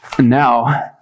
Now